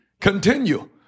continue